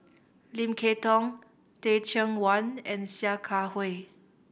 Lim Kay Tong Teh Cheang Wan and Sia Kah Hui